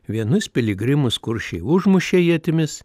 vienus piligrimus kuršiai užmušė ietimis